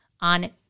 on